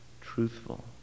truthful